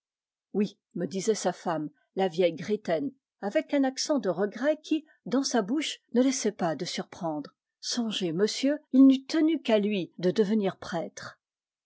oui me disait sa femme la vieille gritten avec un accent de regret qui dans sa bouche ne laissait pas de surprendre songez monsieur il n'eût tenu qu'à lui de devenir prêtre